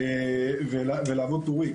ולעבוד טורי,